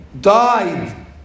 died